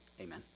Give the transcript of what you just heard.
amen